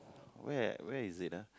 where where is it ah